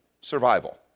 survival